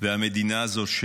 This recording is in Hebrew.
והמדינה הזו,